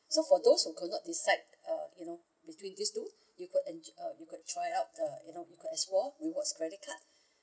so for those who could not decide uh you know between these two you got en~ uh you could try out the you know we got as well rewards credit card